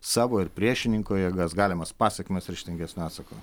savo ir priešininko jėgas galimas pasekmes ryžtingesnio atsaou